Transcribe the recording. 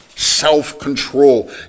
self-control